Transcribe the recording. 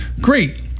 great